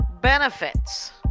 benefits